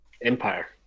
empire